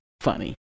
funny